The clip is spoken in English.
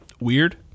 Weird